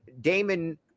Damon